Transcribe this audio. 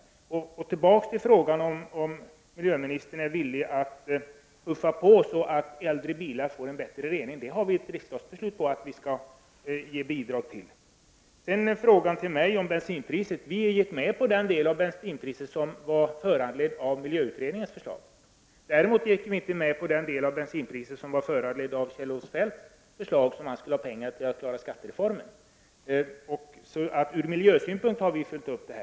Jag vill komma tillbaka till frågan om miljöministern är villig att puffa på så att äldre bilar får en bättre rening. Det finns ett riksdagsbeslut på att det skall utgå bidrag för detta. Birgitta Dahl ställde en fråga till mig om bensinpriset. Vi i centerpartiet gick med på den del av bensinprishöjningen som var föranledd av miljöutredningens förslag. Däremot gick vi inte med på den del av bensinprishöjningen som var föranledd av Kjell-Olof Feldts förslag och som skulle ge ho nom pengar för att klara skattereformen. Från miljösynpunkt har vi alltså följt upp detta.